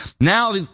Now